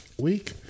week